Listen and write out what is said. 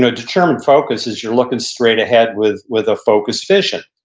ah determined focus is you're looking straight ahead with with a focused vision.